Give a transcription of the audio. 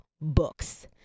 books